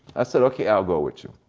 i said, okay, i'll go with you.